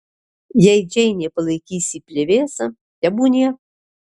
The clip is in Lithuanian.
jei džeinė palaikys jį plevėsa tebūnie